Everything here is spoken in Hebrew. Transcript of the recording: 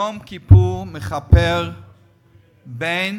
יום כיפור מכפר בין